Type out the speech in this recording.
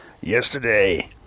yesterday